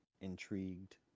intrigued